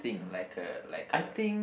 like uh like uh